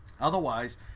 otherwise